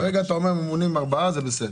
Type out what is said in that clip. כרגע אתה אומר: ממונים ארבעה זה בסדר.